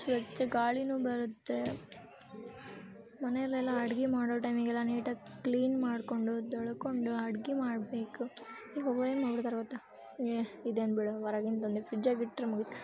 ಸ್ವಚ್ಛ ಗಾಳಿಯೂ ಬರುತ್ತೆ ಮನೇಲೆಲ್ಲ ಅಡ್ಗೆ ಮಾಡೋ ಟೈಮಿಗೆಲ್ಲ ನೀಟಾಗಿ ಕ್ಲೀನ್ ಮಾಡಿಕೊಂಡು ತೊಳ್ಕೊಂಡು ಅಡ್ಗೆ ಮಾಡಬೇಕು ಇದೇನು ಬಿಡು ಹೊರಗಿಂದ ತಂದಿದ್ದು ಫ್ರಿಜ್ಜಗಿಟ್ರೆ ಮುಗೀತು